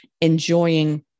enjoying